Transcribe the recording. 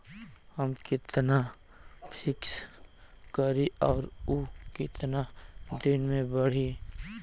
हम कितना फिक्स करी और ऊ कितना दिन में बड़ी?